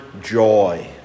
joy